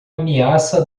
ameaça